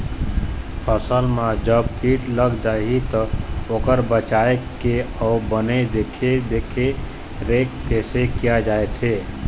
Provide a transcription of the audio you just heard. फसल मा जब कीट लग जाही ता ओकर बचाव के अउ बने देख देख रेख कैसे किया जाथे?